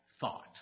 thought